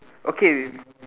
okay